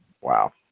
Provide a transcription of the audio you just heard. wow